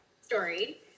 story